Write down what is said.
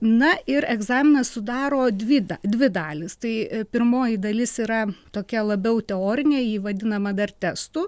na ir egzaminą sudaro dvi da dvi dalys tai pirmoji dalis yra tokia labiau teorinė ji vadinama dar testu